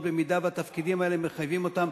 במידה שהתפקידים האלה מחייבים אותם,